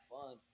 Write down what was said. fun